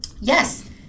Yes